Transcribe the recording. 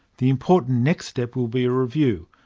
the important next step will be a review,